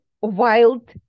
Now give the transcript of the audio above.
wild